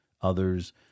others